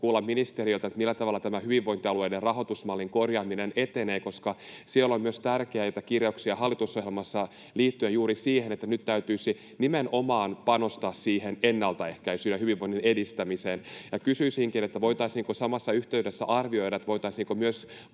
kuulla ministeriltä, millä tavalla tämä hyvinvointialueiden rahoitusmallin korjaaminen etenee, koska hallitusohjelmassa on myös tärkeitä kirjauksia liittyen juuri siihen, että nyt täytyisi nimenomaan panostaa ennaltaehkäisyyn ja hyvinvoinnin edistämiseen. Kysyisinkin, voitaisiinko samassa yhteydessä arvioida, voitaisiinko myös